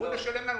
אמורים לשלם להן.